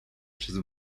przez